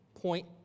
point